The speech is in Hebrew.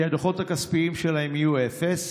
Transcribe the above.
כי הדוחות הכספיים שלהם יהיו אפס.